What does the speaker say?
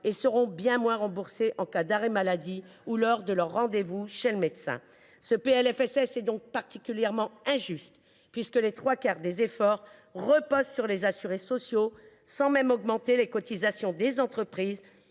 seront moins bien remboursés en cas d’arrêt maladie ou lors de leur rendez vous chez le médecin. Ce PLFSS est donc particulièrement injuste, puisque les trois quarts des efforts reposent sur les assurés sociaux, sans que soient augmentées les cotisations des entreprises,